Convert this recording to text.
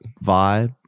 Vibe